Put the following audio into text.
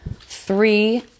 Three